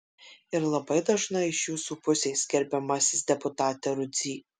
ir labai dažnai iš jūsų pusės gerbiamasis deputate rudzy